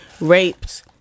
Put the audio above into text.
raped